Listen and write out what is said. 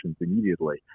immediately